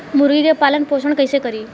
मुर्गी के पालन पोषण कैसे करी?